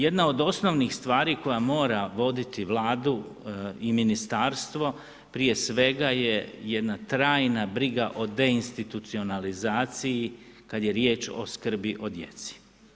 Jedna od osnovnih stvari koja moja voditi Vladu i ministarstvo prije svega je jedna trajna briga o deinstitucionalizaciji kada je riječ o skrbi o djeci.